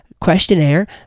questionnaire